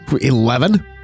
Eleven